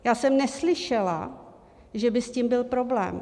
Já jsem neslyšela, že by s tím byl problém.